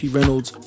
Reynolds